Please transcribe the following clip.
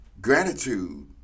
gratitude